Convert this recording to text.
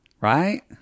Right